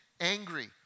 angry